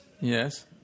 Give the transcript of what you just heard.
Yes